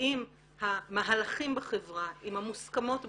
עם המהלכים בחברה, עם המוסכמות בחברה,